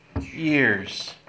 years